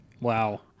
Wow